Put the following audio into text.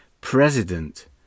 President